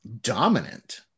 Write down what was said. dominant